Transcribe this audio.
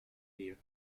dear